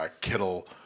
Kittle